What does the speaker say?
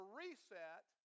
reset